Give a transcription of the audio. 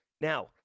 Now